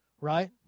Right